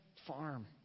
farm